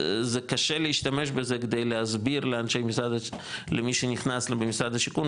זה קשה להשתמש בזה כדי להסביר למי שנכנס במשרד השיכון,